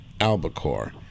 albacore